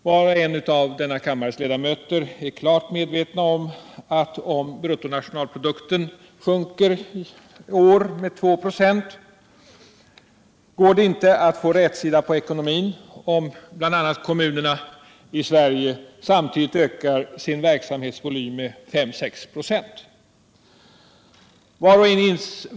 Var och en av denna kammares ledamöter är klart medveten om att om bruttonationalprodukten i år sjunker med 2 96, går det inte att få rätsida på ekonomin, om kommunerna i Sverige samtidigt ökar sin verksamhetsvolym med 5-6 96.